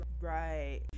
Right